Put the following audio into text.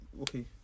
Okay